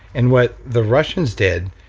and what the russians did,